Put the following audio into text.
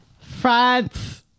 France